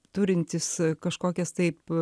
turintys kažkokias taip